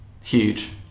huge